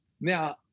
now